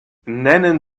nennen